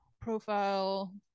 profile